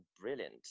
brilliant